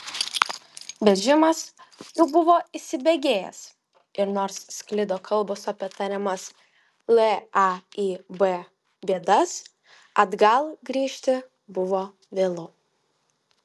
vežimas jau buvo įsibėgėjęs ir nors sklido kalbos apie tariamas laib bėdas atgal grįžti buvo vėlu